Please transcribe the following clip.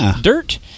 dirt